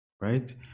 right